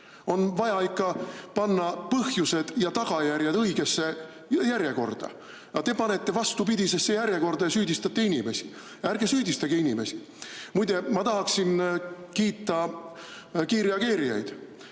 On vaja ikka panna põhjused ja tagajärjed õigesse järjekorda, aga te panete vastupidisesse järjekorda ja süüdistate inimesi. Ärge süüdistage inimesi! Muide, ma tahaksin kiita kiirreageerijaid.